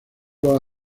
los